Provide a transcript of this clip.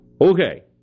Okay